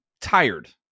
tired